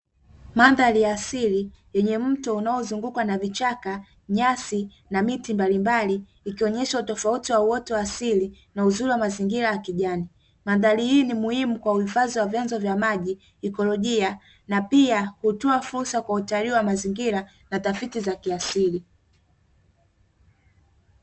Mandhari ya asili yenye mto unaozungukwa na: vichaka, nyasi na miti mbalimbali; ikionyesha utofauti wa uoto wa asili na uzuri wa mazingira ya kijani mandhari hii ni muhimu kwa uhifadhi wa: vyanzo vya maji, ikolojia na pia hutoa fursa kwa utalii wa mazingira na tafiti za kiasili.